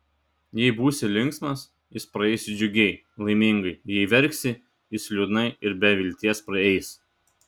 jei būsi linksmas jis praeis džiugiai laimingai jei verksi jis liūdnai ir be vilties praeis